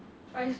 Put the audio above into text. to them